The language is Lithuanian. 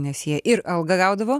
nes jie ir algą gaudavo